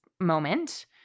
moment